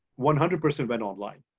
one hundred percent went online.